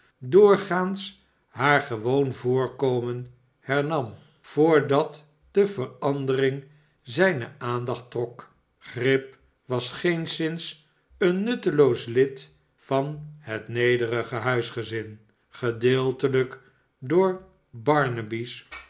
doorgaans haar gewoon voorkomen hernam voordat de verandermg zijne aandacht trok grip was geenszins een nutteloos lid van het nedenge hmsgezm oedeeltelijk door